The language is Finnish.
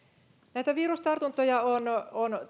näitä virustartuntoja on on